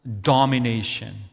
domination